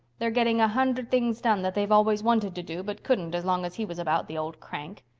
they're getting a hundred things done that they've always wanted to do but couldn't as long as he was about, the old crank.